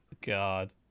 God